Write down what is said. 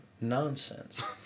nonsense